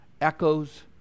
echoes